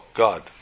God